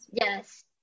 Yes